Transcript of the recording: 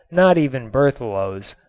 not even berthelot's.